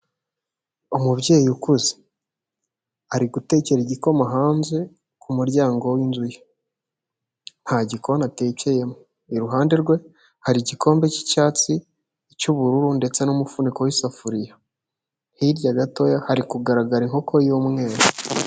Umubyeyi ukuze, ari gutekera igikoma hanze ku muryango w'inzu ye, nta gikoni atekeyemo, iruhande rwe hari igikombe cy'icyatsi, icy'ubururu ndetse n'umufuniko w'isafuriya, hirya gatoya hari kugaragara inkoko y'umweru.